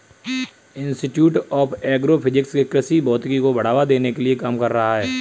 institute of agro physics कृषि भौतिकी को बढ़ावा देने के लिए काम कर रहा है